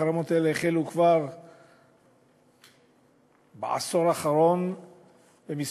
החרמות האלה החלו כבר בעשור האחרון בכמה